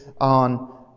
on